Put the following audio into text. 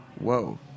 Whoa